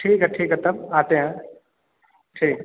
ठीक है ठीक है तब आते हैं ठीक